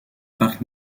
parc